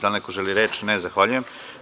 Da li neko želi reč? (Ne) Zahvaljujem.